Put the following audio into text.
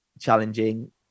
challenging